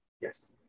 Yes